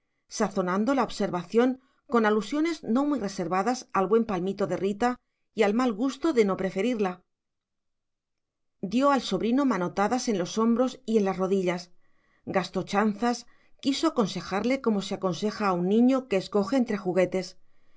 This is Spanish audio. sazonando la observación con alusiones no muy reservadas al buen palmito de rita y al mal gusto de no preferirla dio al sobrino manotadas en los hombros y en las rodillas gastó chanzas quiso aconsejarle como se aconseja a un niño que escoge entre juguetes